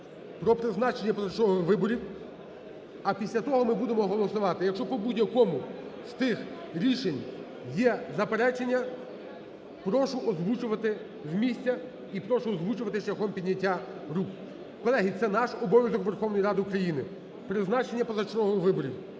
про призначення позачергових виборів, а після того ми будемо голосувати. Якщо по будь-якому з тих рішень є заперечення, прошу озвучувати з місця і прошу озвучувати шляхом підняття рук. Колеги, це наш обов'язок Верховної Ради України – призначення позачергових виборів.